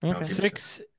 Six